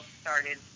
started